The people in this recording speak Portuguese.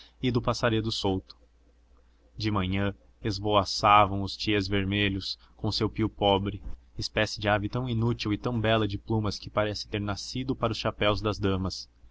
e do passaredo solto de manhã esvoaçavam os tiésvermelhos com o seu pio pobre espécie de ave tão inútil e tão bela de plumas que parece ter nascido para os chapéus das damas